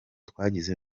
twagize